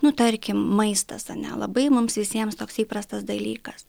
nu tarkim maistas ane labai mums visiems toks įprastas dalykas